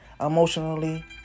emotionally